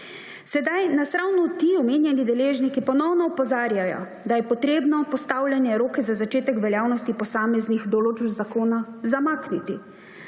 Sedaj nas ravno ti omenjeni deležniki ponovno opozarjajo, da je potrebno postavljene roke za začetek veljavnosti posameznih določb zakona zamakniti.